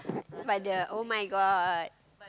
but the [oh]-my-god